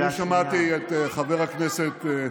אני שמעתי את חבר הכנסת,